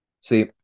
See